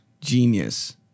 genius